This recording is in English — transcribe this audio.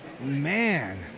Man